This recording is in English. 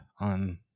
on